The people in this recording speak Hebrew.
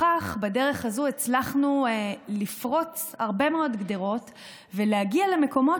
בדרך הזאת הצלחנו לפרוץ הרבה מאוד גדרות ולהגיע למקומות